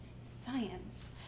science